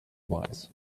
wise